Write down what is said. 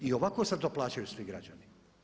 I ovako sada to plaćaju svi građani.